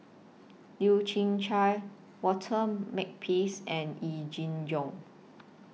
Leu Yew Chye Walter Makepeace and Yee Jenn Jong